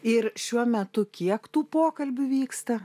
ir šiuo metu kiek tų pokalbių vyksta